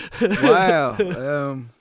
Wow